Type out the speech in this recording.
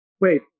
Wait